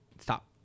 stop